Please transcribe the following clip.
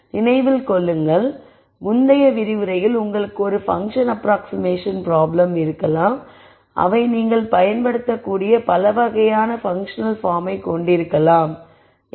நினைவில் கொள்ளுங்கள் முந்தைய விரிவுரையில் உங்களுக்கு ஒரு பங்க்ஷன் அப்ராக்ஸிமேஷன் ப்ராப்ளம் இருக்கலாம்அவை நீங்கள் பயன்படுத்தக்கூடிய பல வகையான பன்க்ஷனல் பார்மை கொண்டிருக்கலாம் எக்ஸ்ட்ராetc